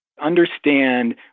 understand